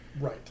right